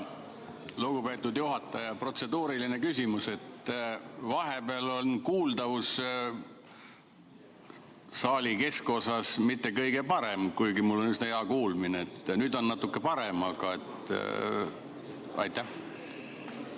Jaa. Lugupeetud juhataja! Protseduuriline küsimus. Vahepeal ei ole kuuldavus saali keskosas mitte kõige parem, kuigi mul on üsna hea kuulmine. Nüüd on natuke parem, aga ...